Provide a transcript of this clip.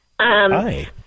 Hi